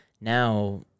now